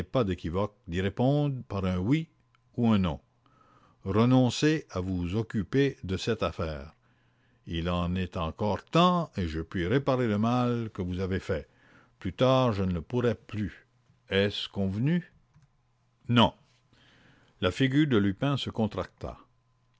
pas d'équivoque par un oui ou un non renoncez à vous occuper de cette affaire il en est encore temps et je puis réparer le mal que vous avez fait plus tard je ne le pourrais plus est-ce convenu non la figure de lupin se contracta